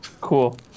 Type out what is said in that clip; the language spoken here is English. Cool